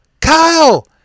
Kyle